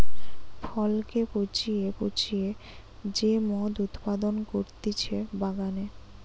ফলকে পচিয়ে পচিয়ে যে মদ উৎপাদন করতিছে বাগানে